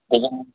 ଆଜ୍ଞା ଆସୁଛି